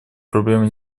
проблемы